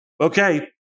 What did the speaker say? okay